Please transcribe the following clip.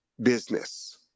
business